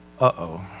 uh-oh